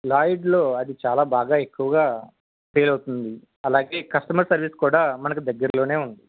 లాయిడ్లో అది చాలా బాగా ఎక్కువుగా సేల్ అవుతుంది అలాగే కస్టమర్ సర్వీస్ కూడా మనకి దగ్గర లోనే ఉంది